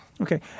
Okay